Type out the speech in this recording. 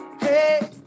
hey